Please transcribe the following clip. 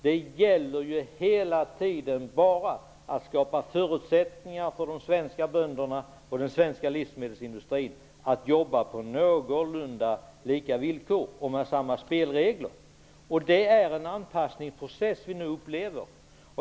Det gäller hela tiden bara att skapa förutsättningar för de svenska bönderna och den svenska livsmedelsindustrin att jobba på någorlunda jämbördiga villkor och med samma spelregler. Det är en anpassningsprocess som nu pågår.